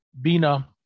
Bina